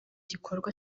gikorwa